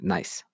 Nice